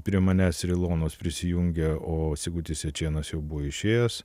prie manęs ir ilonos prisijungė o sigutis jačėnas jau buvo išėjęs